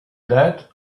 that